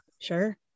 Sure